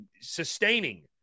sustaining